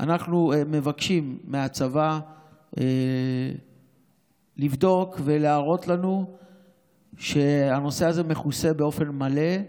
אנחנו מבקשים מהצבא לבדוק ולהראות לנו שהנושא הזה מכוסה באופן מלא,